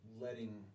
Letting